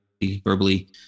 verbally